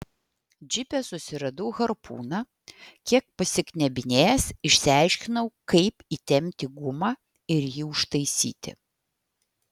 džipe susiradau harpūną kiek pasiknebinėjęs išsiaiškinau kaip įtempti gumą ir jį užtaisyti